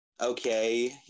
okay